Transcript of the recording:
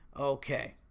Okay